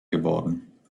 geworden